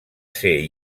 ser